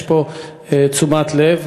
יש פה תשומת לב.